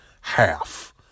half